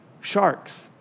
sharks